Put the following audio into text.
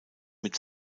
mit